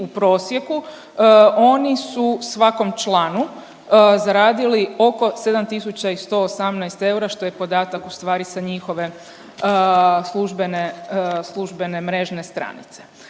u prosjeku, oni su svakom članu zaradili oko 7 118 eura, što je podatak ustvari sa njihove službene mrežne stranice.